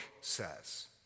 says